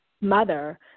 mother